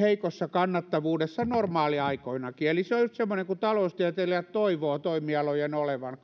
heikossa kannattavuudessa normaaliaikoinakin eli se on just semmoinen kuin taloustieteilijät toivovat toimialojen olevan